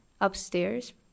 upstairs